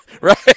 right